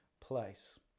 place